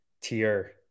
tier